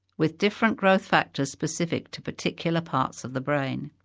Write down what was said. with different growth factors specific to particular parts of the brain.